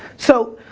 so,